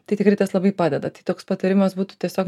tai tikrai tas labai padeda tai toks patarimas būtų tiesiog